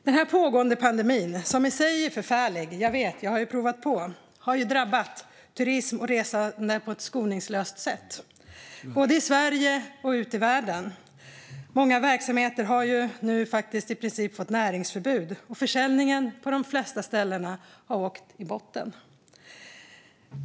Den här pågående pandemin, som i sig är förfärlig - jag vet, för jag har provat på - har drabbat turism och resande på ett skoningslöst sätt, både i Sverige och ute i världen. Många verksamheter har nu fått i princip näringsförbud, och försäljningen har på de flesta ställen åkt i botten.